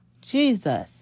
Jesus